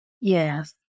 Yes